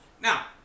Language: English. Now